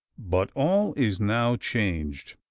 but all is now changed,